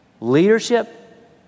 leadership